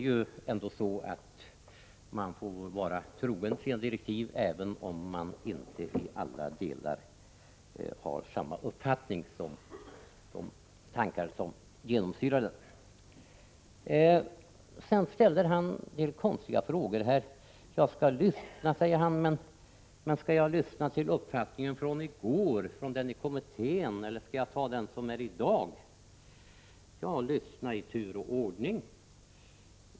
Man måste ju vara trogen de givna direktiven, även om den egna uppfattningen inte till alla delar överensstämmer med de tankar som genomsyrar direktiven. Kulturministern ställer en del konstiga frågor. Jag skall lyssna, säger han, men skall jag lyssna på uppfattningen från i går, den som kommittén hade, eller på den som framförs i dag? Ja, lyssna i tur och ordning!